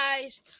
guys